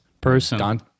person